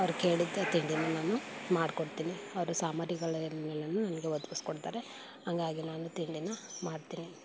ಅವ್ರು ಕೇಳಿದ್ದ ತಿಂಡಿನ ನಾನು ಮಾಡ್ಕೊಡ್ತೀನಿ ಅವರು ಸಾಮಾಗ್ರಿಗಳನ್ನೆಲ್ಲವೂ ನನಗೆ ಒದಗಿಸ್ಕೊಡ್ತಾರೆ ಹಂಗಾಗಿ ನಾನು ತಿಂಡಿನ ಮಾಡ್ತೀನಿ